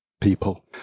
people